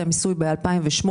המיסוי ב-2008,